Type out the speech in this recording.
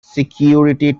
security